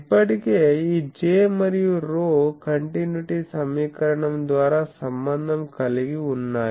ఇప్పటికే ఈ J మరియు ρ కంటిన్యుటీ సమీకరణం ద్వారా సంబంధం కలిగి ఉన్నాయి